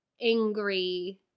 angry